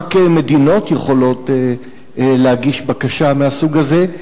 שרק מדינות יכולות להגיש בקשה מהסוג הזה.